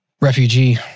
refugee